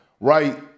right